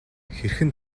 хэрхэн